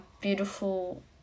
beautiful